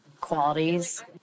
qualities